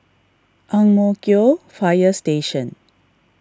Ang Mo Kio Fire Station